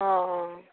অঁ অঁ